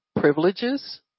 privileges